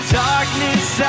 darkness